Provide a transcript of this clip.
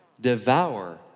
devour